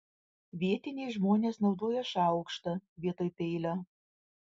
vietiniai žmonės naudoja šaukštą vietoj peilio